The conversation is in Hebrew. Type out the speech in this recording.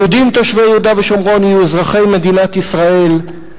היהודים תושבי יהודה ושומרון יהיו אזרחי מדינת ישראל.